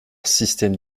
système